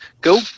Go